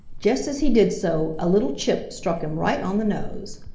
just as he did so, a little chip struck him right on the nose.